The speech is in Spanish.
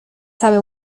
sabe